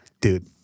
dude